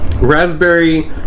Raspberry